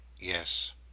Yes